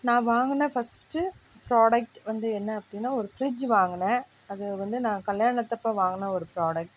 நான் வாங்கின first product வந்து என்ன அப்படினா ஒரு ஃப்ரிட்ஜ் வாங்குன அது வந்து நான் கல்யாணத்தப்போ வாங்கின ஒரு ப்ராடக்ட்